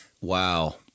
wow